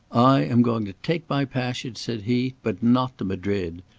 i am going to take my passage, said he, but not to madrid.